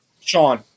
Sean